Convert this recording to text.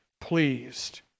pleased